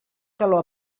calor